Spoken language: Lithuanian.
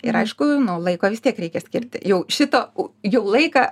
ir aišku nu laiko vis tiek reikia skirti jau šito jau laiką